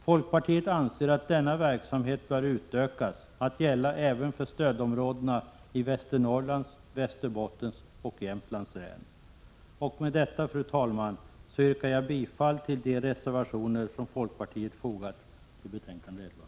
Folkpartiet anser att denna verksam het bör utökas att gälla även för stödområdena i Västernorrlands, Västerbottens och Jämtlands län. Med detta, fru talman, yrkar jag bifall till de reservationer som folkpartiet fogat till betänkande 11.